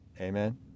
amen